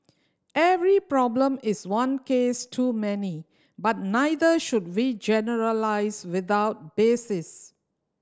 every problem is one case too many but neither should we generalise without basis